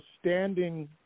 standing